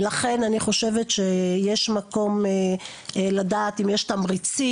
ולכן אני חושבת שיש מקום לדעת אם יש תמריצים.